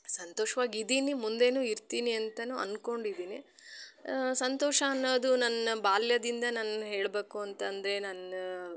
ಸಂತೋಷ್ವಾಗಿ ಇದ್ದೀನಿ ಮುಂದೇನೂ ಇರ್ತೀನಿ ಅಂತಾನು ಅನ್ಕೊಂಡಿದೀನಿ ಸಂತೋಷ ಅನ್ನೋದು ನನ್ನ ಬಾಲ್ಯದಿಂದ ನಾನ್ ಹೇಳ್ಬೇಕು ಅಂತಂದರೆ ನನ್ನ